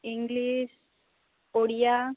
English Odia